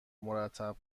مرتب